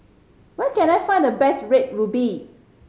where can I find the best Red Ruby